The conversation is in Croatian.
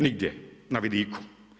Nigdje na vidiku.